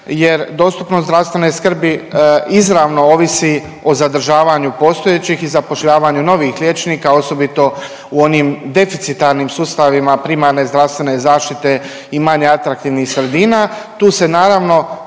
jer dostupnost zdravstvene skrbi izravno ovisi o zadržavanju postojećih i zapošljavanju novih liječnika, osobito u onim deficitarnim sustavima primarne zdravstvene zaštite i manje atraktivnih sredina.